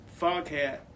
Foghat